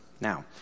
Now